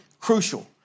crucial